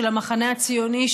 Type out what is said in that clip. של המחנה הציוני,